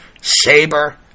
SABER